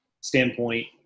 standpoint